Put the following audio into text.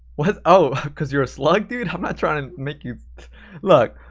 what? oh, cause you're a slug, dude? i'm not trying to make you look,